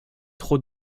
trop